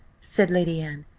said lady anne,